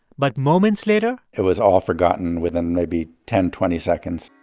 but moments later. it was all forgotten within maybe ten, twenty seconds